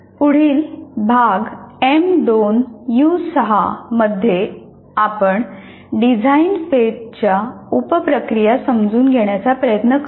पुढील भाग M 2 U 6 मध्ये आपण डिझाईन फेजच्या उप प्रक्रिया समजून घेण्याचा प्रयत्न करु